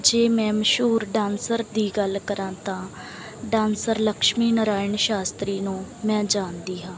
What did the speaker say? ਜੇ ਮੈਂ ਮਸ਼ਹੂਰ ਡਾਂਸਰ ਦੀ ਗੱਲ ਕਰਾਂ ਤਾਂ ਡਾਂਸਰ ਲਕਸ਼ਮੀ ਨਾਰਾਇਣ ਸ਼ਾਸ਼ਤਰੀ ਨੂੰ ਮੈਂ ਜਾਣਦੀ ਹਾਂ